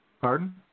Pardon